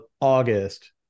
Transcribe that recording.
August